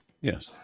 Yes